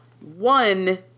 One